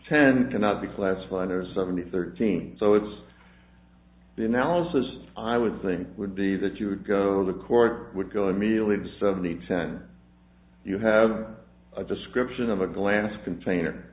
ten cannot be classified as seventy thirteen so it's been alice's i would think would be that you would go the court would go immediately to seventy percent you have a description of a glass container